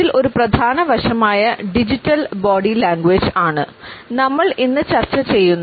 ഇതിൽ ഒരു പ്രധാന വശമായ ഡിജിറ്റൽ ബോഡി ലാംഗ്വേജ് ആണ് നമ്മൾ ഇന്ന് ചർച്ച ചെയ്യുന്നത്